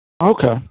Okay